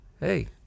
Hey